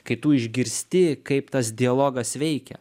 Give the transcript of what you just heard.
kai tu išgirsti kaip tas dialogas veikia